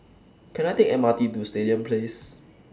Can I Take The M R T to Stadium Place